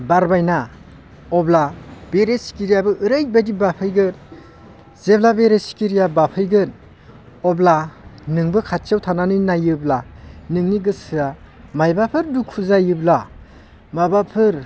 बारबायना अब्ला बेरे सिखिरियाबो ओरैबादि बाफैगोन जेब्ला बेरे सिखिरिया बाफैगोन अब्ला नोंबो खाथियाव थानानै नायोब्ला नोंनि गोसोआ माबाफोर दुखु जायोब्ला माबाफोर